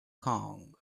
kong